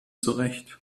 zurecht